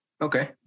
Okay